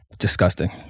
disgusting